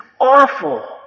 awful